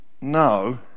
no